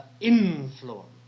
influence